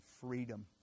freedom